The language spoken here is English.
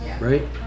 right